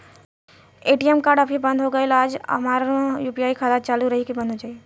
ATM card अभी बंद हो गईल आज और हमार यू.पी.आई खाता चालू रही की बन्द हो जाई?